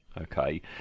Okay